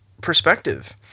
perspective